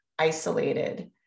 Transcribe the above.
Isolated